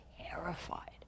terrified